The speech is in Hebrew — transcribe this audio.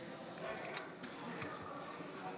(קורא בשמות חברי הכנסת)